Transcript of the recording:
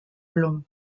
long